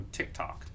TikTok